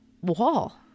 wall